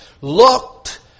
looked